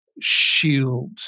shield